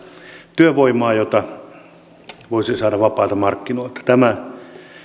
työvoimaa jota voisi saada vapailta markkinoilta tämä